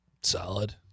Solid